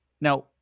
Now